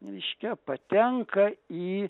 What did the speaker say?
reiškia patenka į